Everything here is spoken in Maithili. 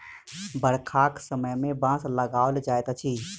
बरखाक समय मे बाँस लगाओल जाइत अछि